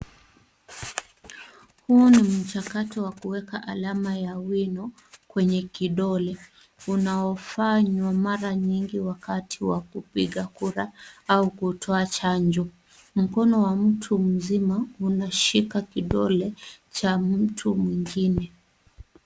Huu ni mchakato wa kuweka alama ya wino kwenye kidole, unaofanywa mara nyingi wakati wa kupiga kura au kutoa chanjo. Mkono wa mtu mzima unashika kidole cha mtu mwingine.